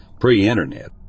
pre-internet